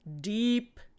deep